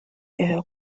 edo